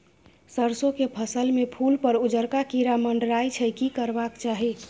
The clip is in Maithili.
सरसो के फसल में फूल पर उजरका कीरा मंडराय छै की करबाक चाही?